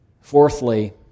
Fourthly